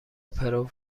پرو